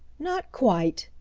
not quite,